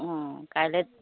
অ' কাইলৈ